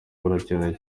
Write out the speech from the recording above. burakenewe